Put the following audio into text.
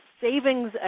savings